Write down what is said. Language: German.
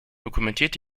dokumentiert